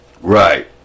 Right